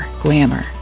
Glamour